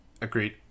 Agreed